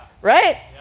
Right